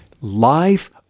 life